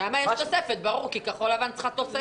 שם יש תוספת, ברור, כי כחול לבן צריכה תוספת.